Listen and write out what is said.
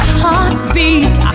heartbeat